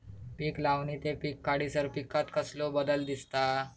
पीक लावणी ते पीक काढीसर पिकांत कसलो बदल दिसता?